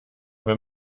wenn